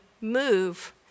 move